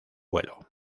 vuelo